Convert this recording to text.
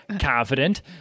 confident